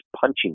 punching